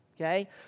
Okay